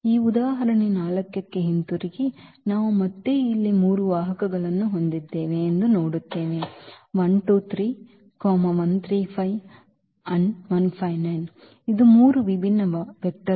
ಈ ಉದಾಹರಣೆ 4 ಕ್ಕೆ ಹಿಂತಿರುಗಿ ನಾವು ಮತ್ತೆ ಇಲ್ಲಿ ಮೂರು ವಾಹಕಗಳನ್ನು ಹೊಂದಿದ್ದೇವೆ ಎಂದು ನೋಡುತ್ತೇವೆ ಇವು ಮೂರು ವಿಭಿನ್ನ ವಾಹಕಗಳು